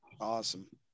Awesome